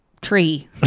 tree